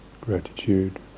gratitude